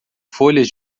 folhas